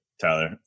Tyler